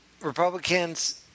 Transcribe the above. Republicans